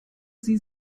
sie